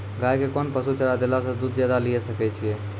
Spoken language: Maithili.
गाय के कोंन पसुचारा देला से दूध ज्यादा लिये सकय छियै?